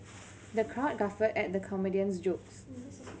the crowd guffawed at the comedian's jokes